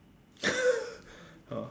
ah